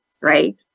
right